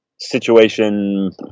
situation